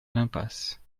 l’impasse